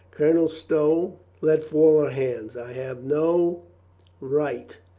colonel stow let fall her hands. i have no right,